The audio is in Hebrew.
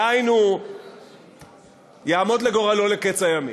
דהיינו יעמוד לגורלו לקץ הימים.